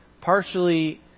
partially